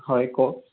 হয় কওক